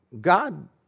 God